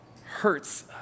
hurts